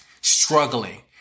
struggling